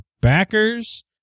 backers